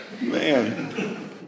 Man